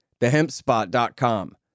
TheHempSpot.com